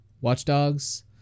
watchdogs